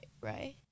right